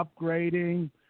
upgrading